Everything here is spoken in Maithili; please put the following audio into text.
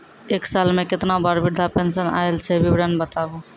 एक साल मे केतना बार वृद्धा पेंशन आयल छै विवरन बताबू?